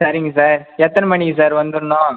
சரிங்க சார் எத்தனை மணிக்கு சார் வந்துறனும்